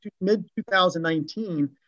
mid-2019